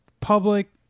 public